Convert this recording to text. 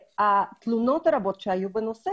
תלונות רבות שהיו בנושא